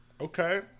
Okay